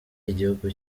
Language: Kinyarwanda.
igihugu